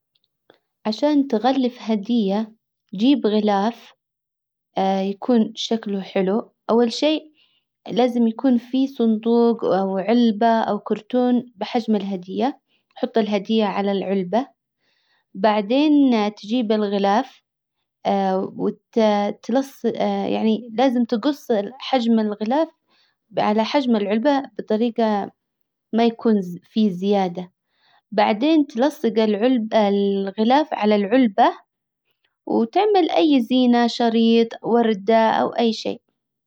عشان تغلف هدية جيب غلاف يكون شكله حلو اول شئ لازم يكون في صندوق او علبة او كرتون بحجم الهدية حط الهدية على العلبة بعدين تجيب الغلاف وتلصق يعني لازم تقص حجم الغلاف على حجم العلبة بطريقة ما يكون فيه زيادة. بعدين تلصق العلبة الغلاف على العلبة وتعمل اي زينة شريط وردة او اي شيء.